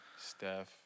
Steph